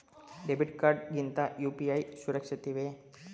Debit card ಗಿಂತ UPI ಸುರಕ್ಷಿತವೇ?